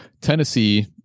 Tennessee